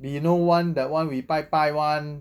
below [one] that [one] we 拜拜 [one]